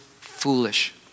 foolish